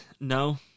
no